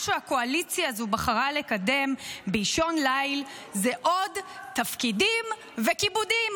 מה שהקואליציה הזו בחרה לקדם באישון ליל זה עוד תפקידים וכיבודים?